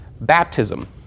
Baptism